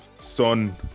Son